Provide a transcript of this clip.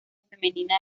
femenina